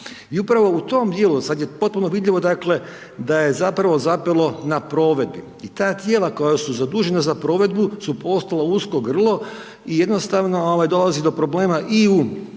I upravo u tim djelu, sad je potpuno vidljivo dakle da je zapravo zapelo na provedbi i ta tijela koja su zadužena za provedbu su postala usko grlo i jednostavno dolazi do problema i u